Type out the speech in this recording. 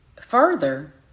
Further